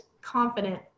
confident